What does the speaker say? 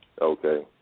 Okay